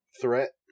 threat